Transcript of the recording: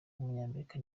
w’umunyamerika